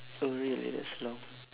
oh really that's long